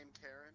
Karen